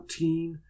14